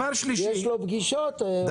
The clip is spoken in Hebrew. יש לו פגישות?